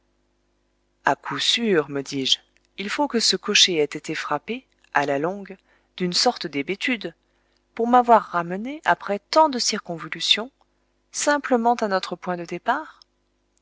à coup sûr me dis-je il faut que ce cocher ait été frappé à la longue d'une sorte d'hébétude pour m'avoir ramené après tant de circonvolutions simplement à notre point de départ